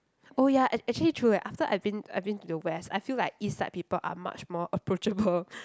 oh ya and actually true leh after I been I been to the West I feel like East side people are much more approachable